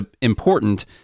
important